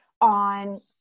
on